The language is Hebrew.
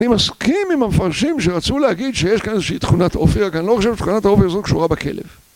אני מסכים עם המפרשים שרצו להגיד שיש כאן איזושהי תכונת אופי, אני לא חושב שתכונת האופי הזו קשורה בכלב.